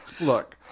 look